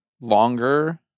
longer